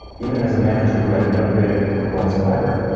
even as a manager who had no creative input whatsoever,